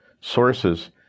sources